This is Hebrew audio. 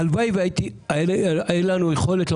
הלוואי והייתה לנו יכולת.